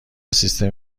سیستم